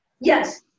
yes